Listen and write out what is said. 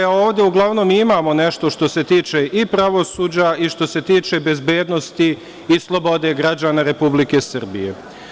Ovde uglavnom imamo nešto što se tiče i pravosuđa i što se tiče bezbednosti i slobode građana Republike Srbije.